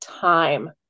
time